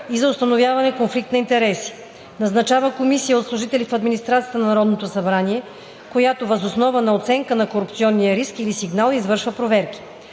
и за установяване конфликт на интереси; назначава комисия от служители в администрацията на Народното събрание, която въз основа на оценка на корупционния риск или сигнал извършва проверки;